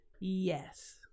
yes